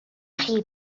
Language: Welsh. chi